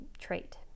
trait